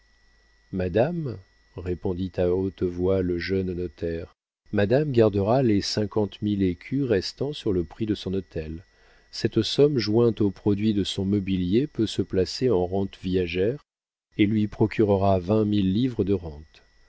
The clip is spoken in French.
madame répondit à haute voix le jeune notaire madame gardera les cinquante mille écus restant sur le prix de son hôtel cette somme jointe au produit de son mobilier peut se placer en rentes viagères et lui procurera vingt mille livres de rentes